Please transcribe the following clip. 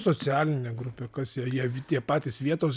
socialinė grupė kas jie jie tie patys vietos